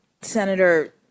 Senator